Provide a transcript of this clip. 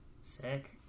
Sick